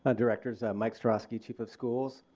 ah directors. mike starosky, chief of schools.